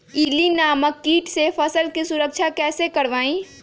इल्ली नामक किट से फसल के सुरक्षा कैसे करवाईं?